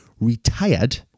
retired